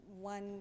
one